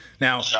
Now